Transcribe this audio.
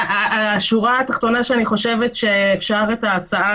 השורה התחתונה שאני חושבת שאפשר את ההצעה